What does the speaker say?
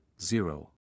Zero